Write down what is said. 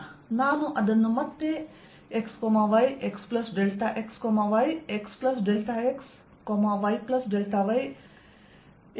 ನಾನು ಅದನ್ನು ಮತ್ತೆ x y x ∆x y x ∆x y ∆y x y∆y ಮಾಡುತ್ತೇನೆ